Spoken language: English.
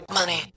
money